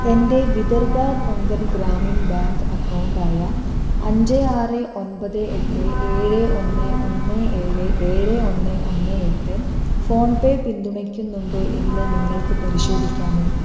എൻ്റെ വിദർഭ കൊങ്കൺ ഗ്രാമീൺ ബാങ്ക് അക്കൗണ്ടായ അഞ്ച് ആറ് ഒൻപത് എട്ട് ഏഴ് ഒന്ന് ഒന്ന് ഏഴ് ഏഴ് ഒന്ന് ഒന്ന് എട്ട് ഫോൺപേ പിന്തുണയ്ക്കുന്നുണ്ടോ എന്ന് നിങ്ങൾക്ക് പരിശോധിക്കാമോ